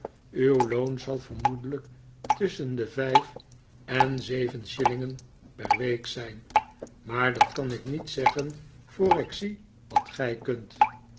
uw loon zal vermoedelijk tusschen de vijf en zeven shillingen per week zijn maar dat kan ik niet zeggen voor ik zie wat gij kunt